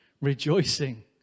Rejoicing